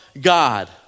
God